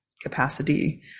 capacity